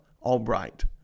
Albright